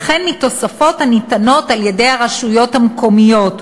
וכן מתוספות הניתנות על-ידי הרשויות המקומיות,